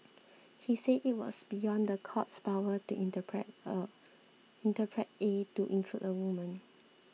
he said it was beyond the court's power to interpret interpret A to include a woman